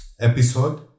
episode